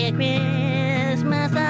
Christmas